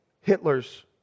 Hitler's